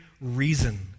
reason